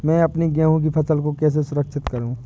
मैं अपनी गेहूँ की फसल को कैसे सुरक्षित करूँ?